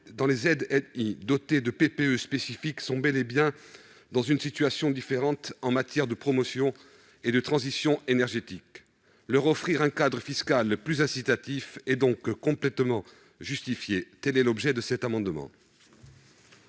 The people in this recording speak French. pluriannuelles de l'énergie (PPE) spécifiques sont bel et bien dans une situation différente en matière de promotion de la transition énergétique. Leur offrir un cadre fiscal plus incitatif est donc complètement justifié. Quel est l'avis de la commission